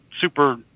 super